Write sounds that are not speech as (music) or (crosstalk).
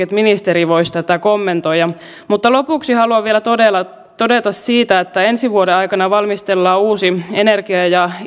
(unintelligible) että ministeri voisi tätä kommentoida mutta lopuksi haluan vielä todeta siitä että ensi vuoden aikana valmistellaan uusi energia ja